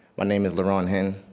my name is laron hinton.